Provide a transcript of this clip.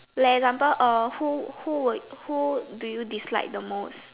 like example uh who who would who do you dislike the most